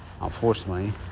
Unfortunately